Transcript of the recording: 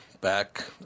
back